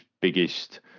biggest